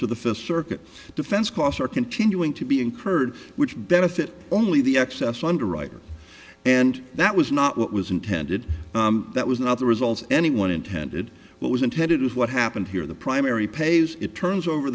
to the fist circuit defense costs are continuing to be incurred which benefit only the excess underwriter and that was not what was intended that was not the result anyone intended what was intended is what happened here the primary pays it turns over